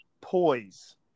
poise